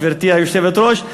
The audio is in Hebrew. גברתי היושבת-ראש.